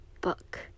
Book